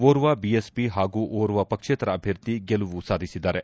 ಒರ್ವ BSP ಹಾಗೂ ಒರ್ವ ಪಕ್ಷೇತರ ಅಭ್ಯರ್ಥಿ ಗೆಲುವು ಸಾಧಿಸಿದ್ದಾರೆ